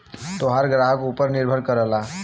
तोहार ग्राहक ऊपर निर्भर करला